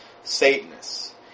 Satanists